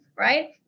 Right